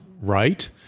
right